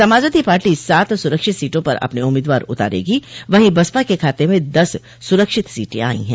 Samajwadi Party सात सुरक्षित सीटों पर अपने उम्मीदवार उतारेगी वहीं बसपा के खाते में दस सुरक्षित सीटें आई है